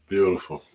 Beautiful